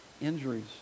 injuries